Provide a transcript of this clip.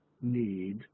need